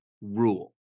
rule